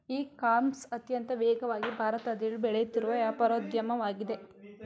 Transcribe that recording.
E commerce ಅತ್ಯಂತ ವೇಗವಾಗಿ ಭಾರತದಲ್ಲಿ ಬೆಳೆಯುತ್ತಿರುವ ವ್ಯಾಪಾರೋದ್ಯಮವಾಗಿದೆ